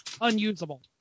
unusable